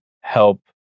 help